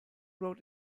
road